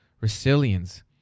resilience